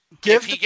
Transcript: Give